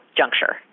juncture